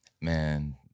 Man